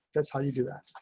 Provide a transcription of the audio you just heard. that's how you do that.